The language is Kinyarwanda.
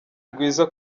rwiza